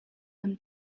them